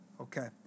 Okay